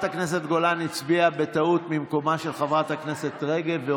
חברת הכנסת גולן הצביעה בטעות ממקומה של חברתה כנסת רגב,